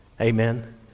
Amen